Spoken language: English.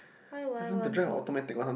why would I want to